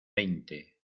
veinte